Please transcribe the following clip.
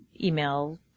email